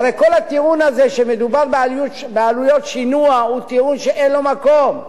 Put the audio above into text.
הרי כל הטיעון הזה שמדובר בעלויות שינוע הוא טיעון שאין לו מקום.